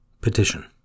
Petition